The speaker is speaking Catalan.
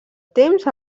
temps